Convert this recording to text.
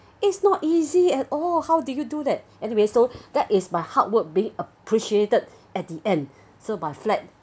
it's not easy at all how did you do that anyway so that is my hard work being appreciated at the end so my flag